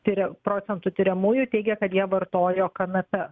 tiria procentų tiriamųjų teigė kad jie vartojo kanapes